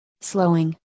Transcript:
slowing